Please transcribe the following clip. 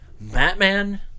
Batman